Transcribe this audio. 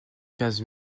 quinze